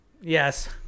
Yes